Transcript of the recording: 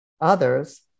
others